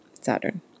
Saturn